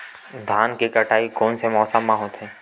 धान के कटाई कोन मौसम मा होथे?